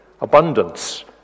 abundance